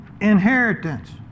inheritance